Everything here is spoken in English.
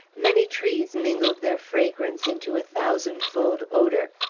many trees mingled their fragrance into a thousand-fold odor.